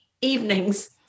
evenings